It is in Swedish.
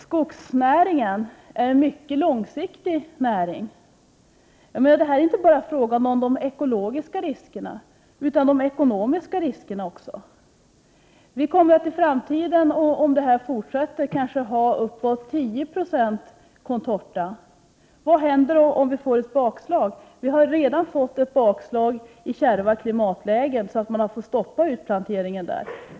Skogsnäringen är en mycket långsiktig näring. Det är inte fråga om bara de ekologiska riskerna utan även de ekonomiska. Om vi fortsätter på detta sätt kommer vi kanske att ha upp till 10 96 av contortatall. Vad händer om vi får ett bakslag? Vi har redan fått ett bakslag i kärva klimatlägen, så att vi har fått stoppa utplantering där.